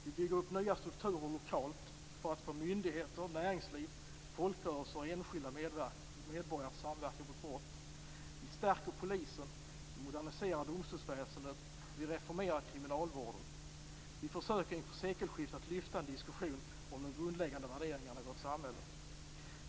Vi bygger upp nya strukturer lokalt för att få myndigheter, näringsliv, folkrörelser och enskilda medborgare att samverka mot brott. Vi stärker polisen. Vi moderniserar domstolsväsendet. Vi reformerar kriminalvården. Vi försöker inför sekelskiftet att lyfta fram en diskussion om de grundläggande värderingarna i vårt samhälle.